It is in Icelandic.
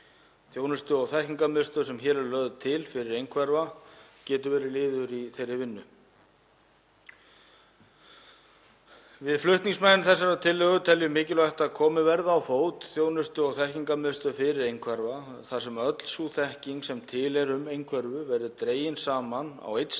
Þjónustu- og þekkingarmiðstöð sem hér eru lögð til fyrir einhverfa getur orðið liður í þeirri vinnu. Við flutningsmenn þessarar tillögu teljum mikilvægt að komið verði á fót þjónustu- og þekkingarmiðstöð fyrir einhverfa þar sem öll sú þekking sem til er um einhverfu verði dregin saman á einn stað